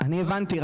אני הבנתי.